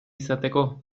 izateko